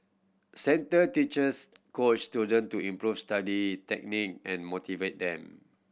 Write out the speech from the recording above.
centre teachers coach student to improve study technique and motivate them